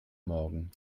morgen